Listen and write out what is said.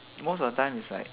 most of the time is like